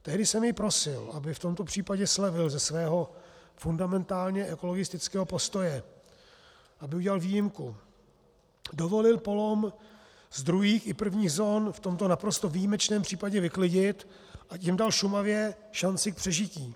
Tehdy jsem jej prosil, aby v tomto případě slevil ze svého fundamentálně ekologistického postoje, aby udělal výjimku, dovolil polom z druhých i prvních zón v tomto naprosto výjimečném případě vyklidit, a tím dal Šumavě šanci k přežití.